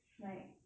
like